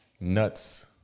nuts